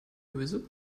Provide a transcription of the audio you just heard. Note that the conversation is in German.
öse